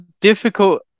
difficult